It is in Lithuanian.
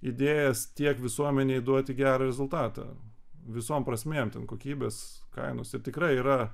idėjas tiek visuomenei duoti gerą rezultatą visom prasmėm ten kokybės kainos ir tikrai yra